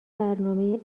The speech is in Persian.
برنامه